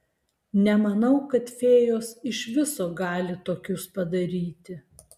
nemanau kad fėjos iš viso gali tokius padaryti